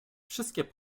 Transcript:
wszystkie